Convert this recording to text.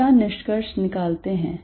हम क्या निष्कर्ष निकालते हैं